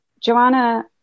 Joanna